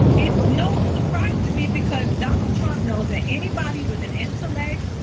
it's no surprise to me because donald trump knows that anybody with an intellect,